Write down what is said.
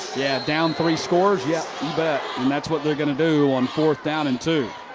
yeah, down three scores. yeah you bet. and that's what they're going to do on fourth down and two.